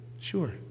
Sure